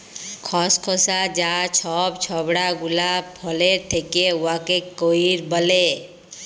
খসখসা যা ছব ছবড়া গুলা ফলের থ্যাকে উয়াকে কইর ব্যলে